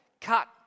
Cut